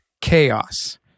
chaos